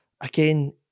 again